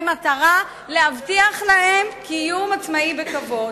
במטרה להבטיח להן קיום עצמאי בכבוד.